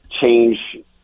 change